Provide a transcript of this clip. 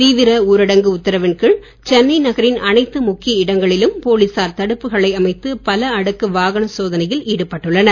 தீவிர ஊரடங்கு உத்தரவின் கீழ் சென்னை நகரின் அனைத்து முக்கிய இடங்களிலும் போலீசார் தடுப்புகளை அமைத்து பல அடுக்கு வாகன சோதனைகளில் ஈடுபட்டுள்ளனர்